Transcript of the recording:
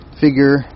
figure